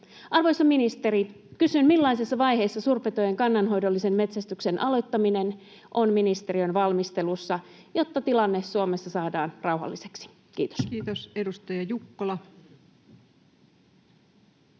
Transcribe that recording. Arvoisa ministeri, kysyn: millaisessa vaiheessa suurpetojen kannanhoidollisen metsästyksen aloittaminen on ministeriön valmistelussa, jotta tilanne Suomessa saadaan rauhalliseksi? — Kiitos. [Speech 227]